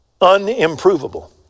unimprovable